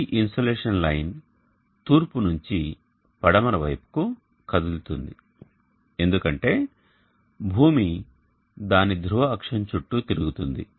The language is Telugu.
ఈ ఇన్సోలేషన్ లైన్ తూర్పు నుండి పడమర వైపుకు కదులుతుంది ఎందుకంటే భూమి దాని ధ్రువ అక్షం చుట్టూ తిరుగుతుంది